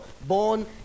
born